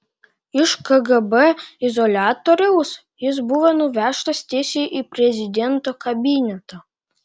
iš kgb izoliatoriaus jis buvo nuvežtas tiesiai į prezidento kabinetą